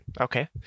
Okay